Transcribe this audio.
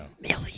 Million